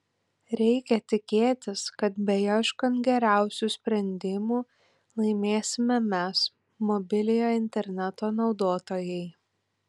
reikia tikėtis kad beieškant geriausių sprendimų laimėsime mes mobiliojo interneto naudotojai